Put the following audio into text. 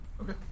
Okay